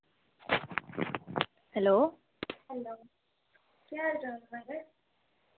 hello